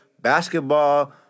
basketball